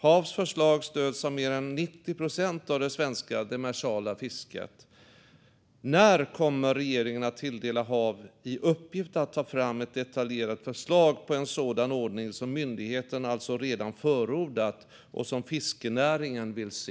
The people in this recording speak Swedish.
HaV:s förslag stöds av mer än 90 procent av det svenska demersala fisket. När kommer regeringen att tilldela HaV en uppgift att ta fram ett detaljerat förslag på en sådan ordning som myndigheten alltså redan förordat och som fiskenäringen vill se?